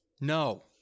no